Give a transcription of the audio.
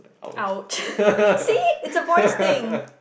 !ouch! see it's a boys thing